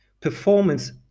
performance